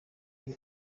will